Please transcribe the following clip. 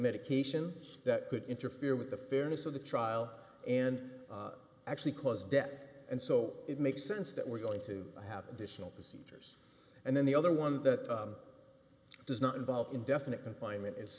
medication that could interfere with the fairness of the trial and actually cause death and so it makes sense that we're going to happen to show procedures and then the other one that does not involve indefinite confinement i